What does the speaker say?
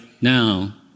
now